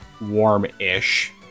warm-ish